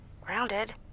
grounded